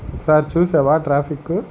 ఒకసారి చూశావా ట్రాఫిక్కు